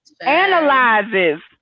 analyzes